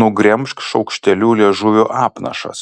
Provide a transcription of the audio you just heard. nugremžk šaukšteliu liežuvio apnašas